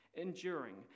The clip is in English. enduring